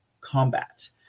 combat